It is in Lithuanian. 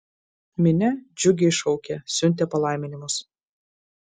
minia džiugiai šaukė siuntė palaiminimus